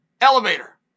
elevator